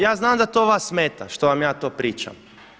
Ja znam da to vas smeta što vam ja to pričam.